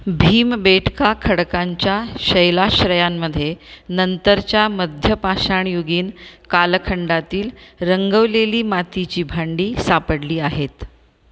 भीमबेटका खडकांच्या शैलाश्रयांमध्ये नंतरच्या मध्यपाषाणयुगीन कालखंडातील रंगवलेली मातीची भांडी सापडली आहेत